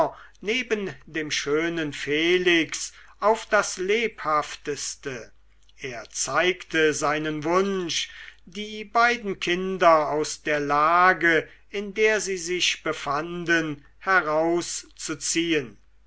neben dem schönen felix auf das lebhafteste er zeigte seinen wunsch die beiden kinder aus der lage in der sie sich befanden herauszuziehen